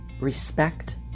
respect